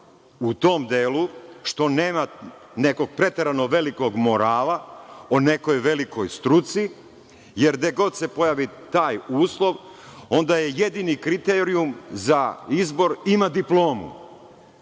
u tom delu što nema nekog preteranog morala o nekoj velikoj struci, jer gde god se pojavi taj uslov, onda je jedini kriterijum za izbor – ima diplomu.